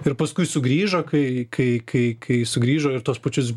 ir paskui sugrįžo kai kai kai kai sugrįžo ir tuos pačius